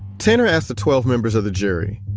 tanner asked the twelve members of the jury,